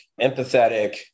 empathetic